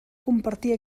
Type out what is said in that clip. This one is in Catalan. compartir